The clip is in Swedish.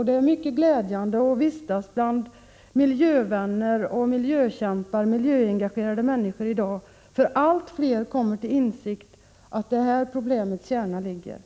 Det är mycket glädjande att vistas bland miljövänner, miljökämpar och miljöengagerade människor i dag, för allt fler kommer till insikt om att det är här problemets kärna ligger.